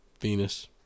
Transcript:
Venus